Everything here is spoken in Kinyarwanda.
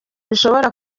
bishobora